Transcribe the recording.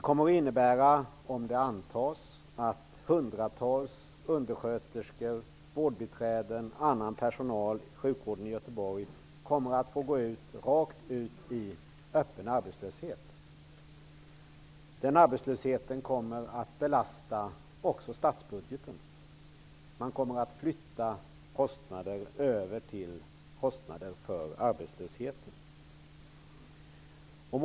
Om förslaget antas kommer det att innebära att hundratals undersköterskor, vårdbiträden och annan personal inom sjukvården i Göteborg kommer att få gå rakt ut i öppen arbetslöshet. Den arbetslösheten kommer att belasta också statsbudgeten. Kostnaderna kommer att flyttas över till kostnaden för arbetslösheten.